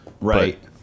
Right